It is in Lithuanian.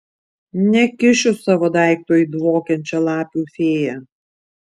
nekišiu savo daikto į dvokiančią lapių fėją